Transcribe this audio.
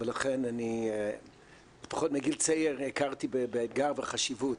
ולכן אני לפחות מגיל צעיר הכרתי באתגר ובחשיבות.